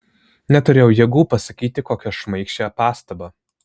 neturėjau jėgų pasakyti kokią šmaikščią pastabą